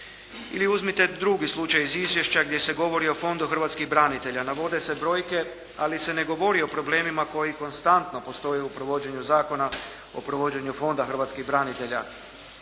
Ili uzmite drugi slučaj iz izvješća gdje se govori o Fondu hrvatskih branitelja. Navode se brojke ali se ne govori o problemima koji konstantno postoje u provođenju Zakona o provođenju Fonda hrvatskih branitelja.